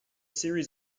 series